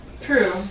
True